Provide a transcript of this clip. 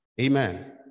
amen